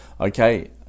Okay